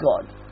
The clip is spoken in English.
God